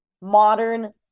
modern